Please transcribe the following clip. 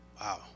Wow